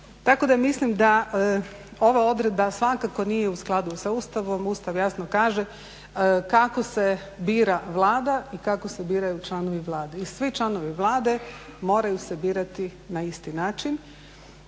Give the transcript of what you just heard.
mislim da ova odredba svakako nije u skladu sa Ustavom, Ustav jasno kaže kako se bira Vlada i kako se biraju članovi Vlade i svi članovi Vlade moraju se birati na isti način.